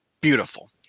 beautiful